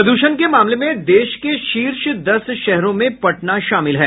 प्रदूषण के मामले में देश के शीर्ष दस शहरों में पटना शामिल है